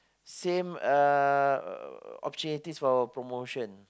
same uh opportunities for promotion